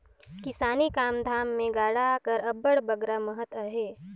किसानी काम धाम मे गाड़ा कर अब्बड़ बगरा महत अहे